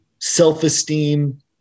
self-esteem